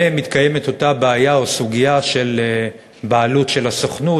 ומתקיימת בהם אותה בעיה או סוגיה של בעלות של הסוכנות,